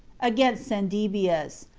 against cendebeus,